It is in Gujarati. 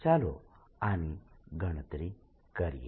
ચાલો આની ગણતરી કરીએ